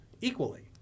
equally